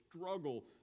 struggle